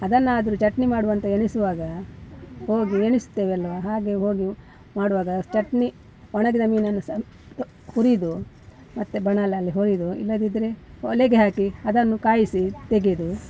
ಅದನ್ನಾದರೂ ಚಟ್ನಿ ಮಾಡುವ ಅಂತ ಎಣಿಸುವಾಗ ಹೋಗಿ ಎಣಿಸ್ತೇವಲ್ವ ಹಾಗೆ ಹೋಗಿ ಮಾಡುವಾಗ ಚಟ್ನಿ ಒಣಗಿದ ಮೀನನ್ನು ಸ್ವಲ್ಪ ಹುರಿದು ಮತ್ತೆ ಬಾಣಲೆಯಲ್ಲಿ ಹುರಿದು ಇಲ್ಲದಿದ್ದರೆ ಒಲೆಗೆ ಹಾಕಿ ಅದನ್ನು ಕಾಯಿಸಿ ತೆಗೆದು